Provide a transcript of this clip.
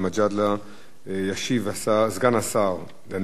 ישיב סגן השר דניאל אילון,